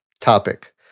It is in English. topic